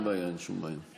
אין בעיה, אין שום בעיה.